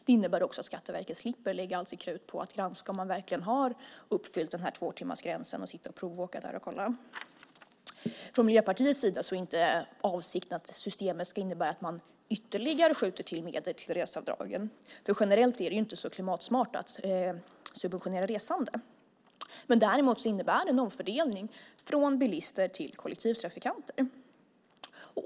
Det innebär också att Skatteverket slipper lägga allt sitt krut på att granska om man verkligen har uppnått tvåtimmarsgränsen, sitta och provåka och kolla. Från Miljöpartiets sida är inte avsikten att systemet ska innebära att man ytterligare skjuter till medel till reseavdragen. Generellt är det inte så klimatsmart att subventionera resande. Däremot innebär det en omfördelning från bilister till kollektivtrafikanter.